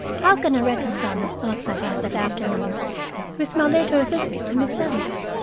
how can i reconcile the thoughts i had that afternoon with my later visit to miss emily?